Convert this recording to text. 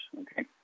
Okay